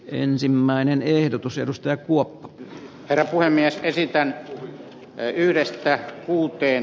ensimmäinen ehdotus edustaa kuopion ja voimia kysytään köyhyys ja puute